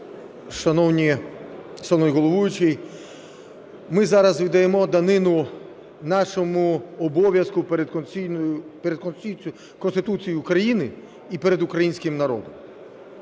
шановний головуючий, ми зараз віддаємо данину нашому обв'язку перед Конституцією України і перед українським народом.